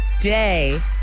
day